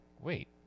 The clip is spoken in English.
wait